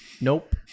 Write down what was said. Nope